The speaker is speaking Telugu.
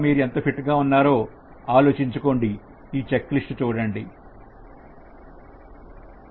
కనుక ఫిట్ నెస్ పరంగా మీరు ఎంత ఫిట్ గా ఉన్నారో ఆలోచించుకోండి ఈ చెక్లిస్ట్ చూడండి